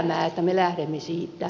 mutta asiaan